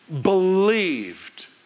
believed